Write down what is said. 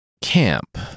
Camp